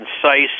concise